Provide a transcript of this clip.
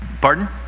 Pardon